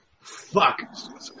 Fuck